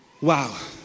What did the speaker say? Wow